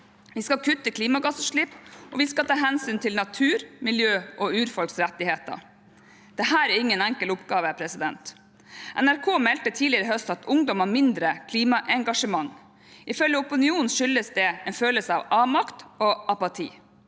vi skal kutte klimagassutslipp, og vi skal ta hensyn til natur, miljø og urfolks rettigheter. Dette er ingen enkel oppgave. NRK meldte tidligere i høst at ungdom har mindre klimaengasjement. Ifølge Opinion skyldes det en følelse av avmakt og apati.